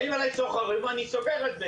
באים אלי סוחרים ואומרים שהם סוגרים.